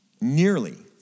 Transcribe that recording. nearly